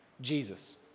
Jesus